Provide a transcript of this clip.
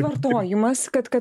vartojimas kad kad